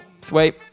sweet